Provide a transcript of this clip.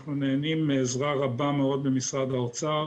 אנחנו נהנים מעזרה רבה מאוד ממשרד האוצר